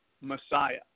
Messiah